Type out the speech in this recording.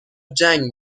جنگ